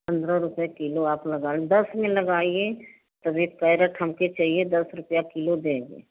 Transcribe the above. पंद्रह रुपये किलो आप लगा दस में लगाइए तब एक कैरट हमके चाहिए दस रुपये किलो देंगे